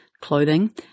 clothing